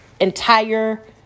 entire